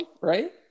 right